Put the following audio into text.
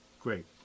great